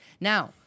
Now